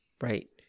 Right